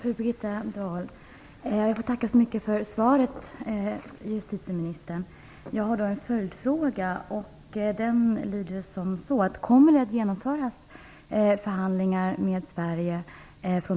Fru talman! Jag tackar så mycket för svaret, justitieministern. Jag har ett par följdfrågor: Kommer Danmark att genomföra förhandlingar med Sverige?